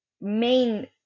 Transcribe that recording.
main